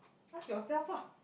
ask yourself uh